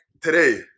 today